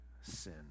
sin